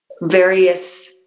various